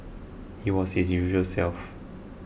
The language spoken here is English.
he was his usual self